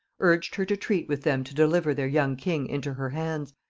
urged her to treat with them to deliver their young king into her hands,